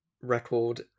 record